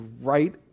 right